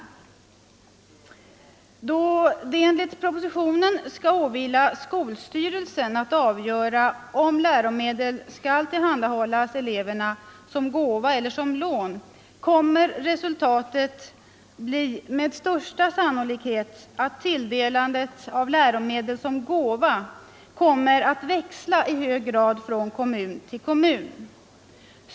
Då det enligt propositionen skall åvila skolstyrelsen att avgöra om läromedel skall tillhandahållas eleverna såsom gåva eller lån, kommer resultatet med största sannolikhet att bli att tilldelandet av läromedel såsom gåva kommer att växla i hög grad från kommun till kommun.